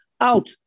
out